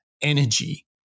energy